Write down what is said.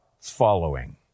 following